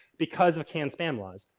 because of can spam laws.